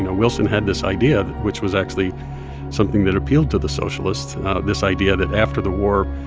and wilson had this idea which was actually something that appealed to the socialists this idea that after the war,